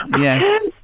Yes